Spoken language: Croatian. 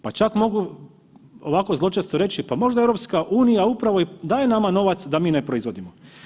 Pa čak mogu ovako zločesto reći pa možda EU upravo i daje nama novac da mi ne proizvodimo.